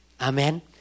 Amen